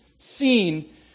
seen